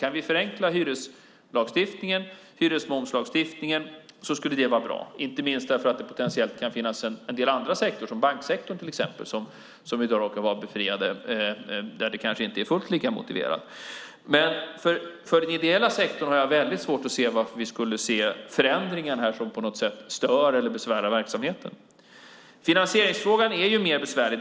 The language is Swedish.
Kan vi förenkla hyresmomslagstiftningen skulle det vara bra, inte minst för att det potentiellt kan finnas en del andra sektorer, till exempel banksektorn som i dag råkar vara befriad, där det kanske inte är fullt lika motiverat. För den ideella sektorn har jag väldigt svårt att se varför vi skulle se förändringar som på något sätt stör eller besvärar verksamheten. Finansieringsfrågan är mer besvärlig.